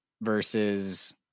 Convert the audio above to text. versus